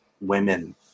women